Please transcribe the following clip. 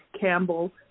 Campbell